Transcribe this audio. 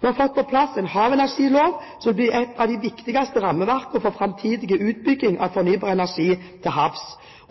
Vi har fått på plass en havenergilov som vil bli et av de viktigste rammeverkene for framtidig utbygging av fornybar energi til havs.